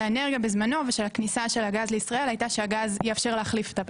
האנרגיה בזמנו ושל הכניסה של הגז לישראל יאפשר להחליף את הפחם,